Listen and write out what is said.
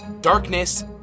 darkness